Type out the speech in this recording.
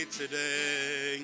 today